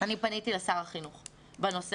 אני פניתי לשר החינוך בנושא.